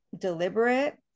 deliberate